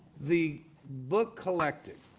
the book collecting,